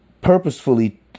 purposefully